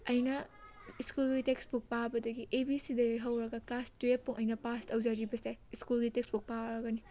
ꯑꯩꯅ ꯁ꯭ꯀꯨꯜꯒꯤ ꯇꯦꯛꯁꯕꯨꯛ ꯄꯥꯕꯗꯒꯤ ꯑꯦ ꯕꯤ ꯁꯤꯗꯒꯤ ꯍꯧꯔꯒ ꯀ꯭ꯂꯥꯁ ꯇꯨꯌꯦꯜꯞ ꯐꯥꯎ ꯑꯩꯅ ꯄꯥꯁ ꯇꯧꯖꯔꯤꯕꯁꯦ ꯁ꯭ꯀꯨꯜꯒꯤ ꯇꯦꯛꯁꯕꯨꯛ ꯄꯥꯔꯒꯅꯤ